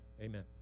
amen